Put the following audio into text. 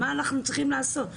מה אנחנו צריכות לעשות?